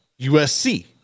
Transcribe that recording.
USC